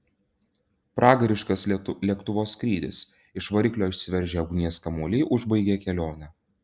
pragariškas lėktuvo skrydis iš variklio išsiveržę ugnies kamuoliai užbaigė kelionę